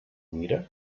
mira